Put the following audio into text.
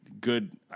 good